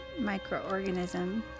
microorganism